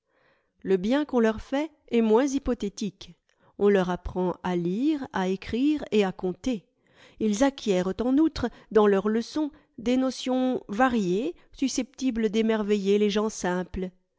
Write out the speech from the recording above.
le bien qu'on leur fait est moins hypothétique on leur apprend à lire à écrire et à compter ils acquièrent en outre dans leurs leçons des notions variées susceptibles d'émerveiller les gens simples